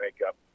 makeup